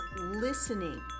listening